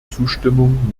zustimmung